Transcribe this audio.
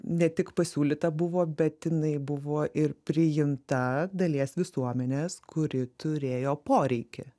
ne tik pasiūlyta buvo bet jinai buvo ir priimta dalies visuomenės kuri turėjo poreikį